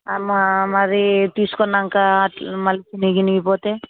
మ మరి తీసుకున్నాక అట్లా మళ్ళీ చినిగిపోతే